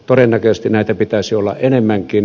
todennäköisesti näitä pitäisi olla enemmänkin